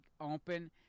open